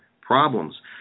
problems